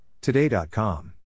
Today.com